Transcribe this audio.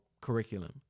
curriculum